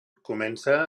comença